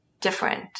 different